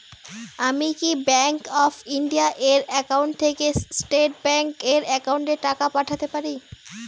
আমি কি bank of India এর একাউন্ট থেকে স্টেট ব্যাংক এর একাউন্টে টাকা পাঠাতে পারি?